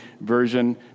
version